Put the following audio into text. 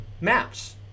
maps